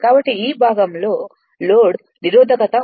కాబట్టి ఈ భాగం లోడ్ నిరోధకత అవుతుంది